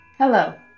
Hello